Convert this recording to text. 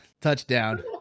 Touchdown